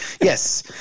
Yes